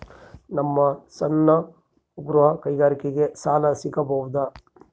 ನಮ್ಮ ಸಣ್ಣ ಗೃಹ ಕೈಗಾರಿಕೆಗೆ ಸಾಲ ಸಿಗಬಹುದಾ?